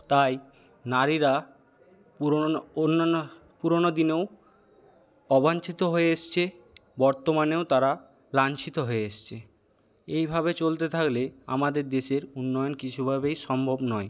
তাই নারীরা পুরনো অন্যান্য পুরনো দিনেও অবাঞ্ছিত হয়ে এসছে বর্তমানেও তারা লাঞ্ছিত হয়ে এসছে এইভাবে চলতে থাকলে আমাদের দেশের উন্নয়ন কিছুভাবেই সম্ভব নয়